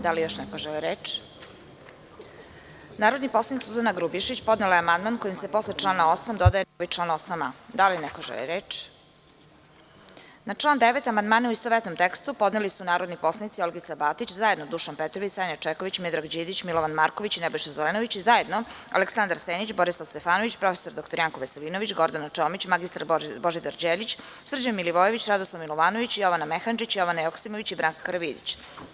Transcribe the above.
Da li još neko želi reč? (Ne.) Narodni poslanik Suzana Grubješić podnela je amandman kojim se posle člana 8. dodaje novi član 8a. Da li neko želi reč? (Ne.) Na član 9. amandmane u istovetnom tekstu podneli su narodni poslanici Olgica Batić, zajedno Dušan Petrović, Sanja Čeković, Miodrag Đidiđ, Milovan Marković i Nebojša Zelenović i zajedno Aleksandar Senić, Borislav Stefanović, prof. dr Janko Veselinović, Gordana Čomić, mr Božidar Đelić, Srđan Milivojević, Radoslav Milovanović, Jovana Mehandžić, Jovana Joksimović i Branka Karavidić.